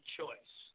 choice